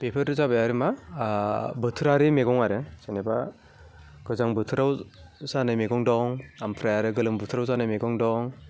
बेफोरो जाबाय आरोमा बोथोरारि मैगं आरो जेनेबा गोजां बोथोराव जानाय मैगं दं ओमफ्राय आरो गोलोम बोथोराव जानाय मैगं दं